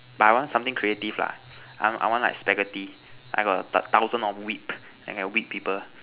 but I want something creative lah I want I want like Spaghetti I got a thousand of whip then can whip people